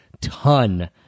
ton